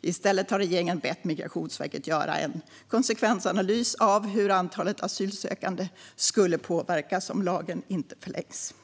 I stället har regeringen bett Migrationsverket göra en konsekvensanalys av hur antalet asylsökande skulle påverkas om lagen inte förlängs.